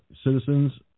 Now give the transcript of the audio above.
citizens